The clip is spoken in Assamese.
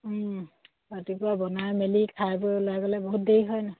ৰাতিপুৱা বনাই মেলি খাই বৈ ওলাই গ'লে বহুত দেৰি হয় ন